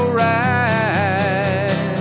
right